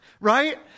right